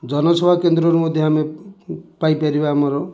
ଜନସେବା କେନ୍ଦ୍ରରୁ ମଧ୍ୟ ଆମେ ପାଇପାରିବା ଆମର